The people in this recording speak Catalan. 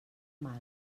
mal